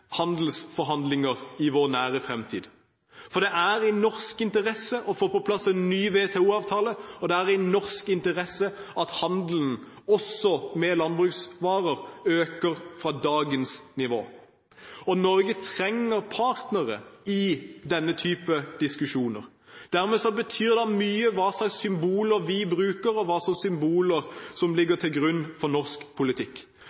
handelsforhandlinger i vår nære fremtid, for det er i norsk interesse å få på plass en ny WTO-avtale, og det er i norsk interesse at handelen, også med landbruksvarer, øker fra dagens nivå. Norge trenger partnere i denne type diskusjoner. Dermed betyr det mye hva slags symboler vi bruker, og hva slags symboler som ligger til grunn for norsk politikk.